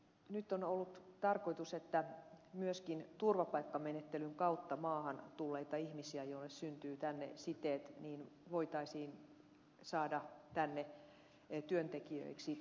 nyt on ollut tarkoitus että myöskin turvapaikkamenettelyn kautta maahan tulleita ihmisiä joille syntyy tänne siteet voitaisiin saada tänne työntekijöiksi